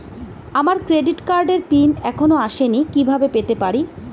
আমার ক্রেডিট কার্ডের পিন এখনো আসেনি কিভাবে পেতে পারি?